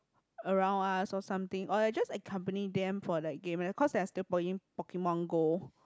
around us or something or like just accompany them for like game eh cause they're still playing Pokemon Go